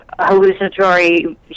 hallucinatory